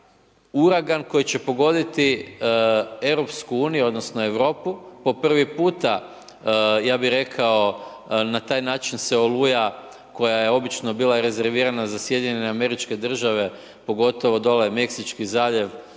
uragan koji će pogoditi EU, odnosno Europu po prvi puta, ja bih rekao na taj način se oluja koja je obično bila rezervirana za SAD, pogotovo dole Meksički zaljev